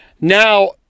now